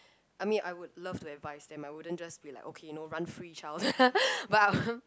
I mean I would love to advise them I wouldn't just be like okay you know run free child but I want